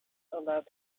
allowed